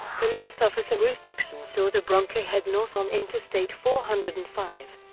police officer ruth dixon saw the bronco head north on interstate four hundred and five.